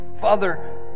Father